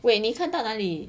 wait 你看到哪里